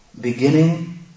beginning